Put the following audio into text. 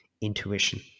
intuition